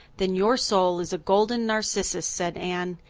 then your soul is a golden narcissus, said anne,